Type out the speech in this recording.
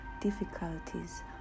difficulties